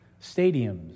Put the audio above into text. stadiums